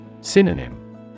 Synonym